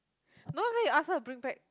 no how you ask her to bring back